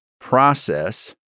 process